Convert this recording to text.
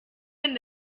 wenn